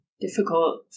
difficult